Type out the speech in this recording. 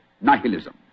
Nihilism